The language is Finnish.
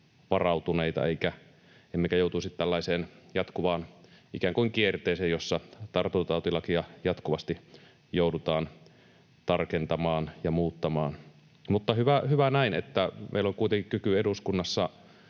varautuneita emmekä joutuisi tällaiseen ikään kuin jatkuvaan kierteeseen, jossa tartuntatautilakia jatkuvasti joudutaan tarkentamaan ja muuttamaan, mutta hyvä näin, että meillä on kuitenkin kyky eduskunnassa